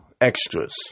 extras